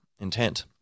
intent